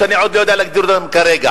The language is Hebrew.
שאני לא יודע להגדיר אותם כרגע.